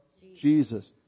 Jesus